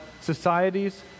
societies